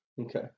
Okay